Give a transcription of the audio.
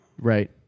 Right